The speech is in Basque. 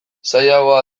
zailagoa